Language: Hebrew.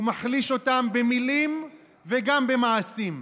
הוא מחליש אותם במילים וגם במעשים.